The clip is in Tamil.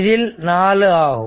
இதில் 4 ஆகும்